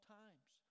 times